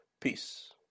Peace